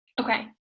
Okay